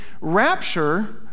Rapture